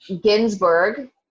Ginsburg